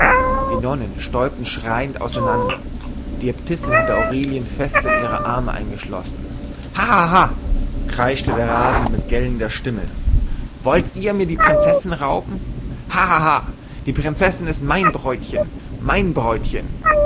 die nonnen stäubten schreiend auseinander die äbtissin hatte aurelien fest in ihre arme eingeschlossen ha ha ha kreischte der rasende mit gellender stimme wollt ihr mir die prinzessin rauben ha ha ha die prinzessin ist mein bräutchen mein bräutchen